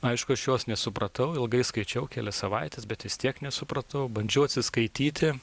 aišku aš jos nesupratau ilgai skaičiau kelias savaites bet vis tiek nesupratau bandžiau atsiskaityti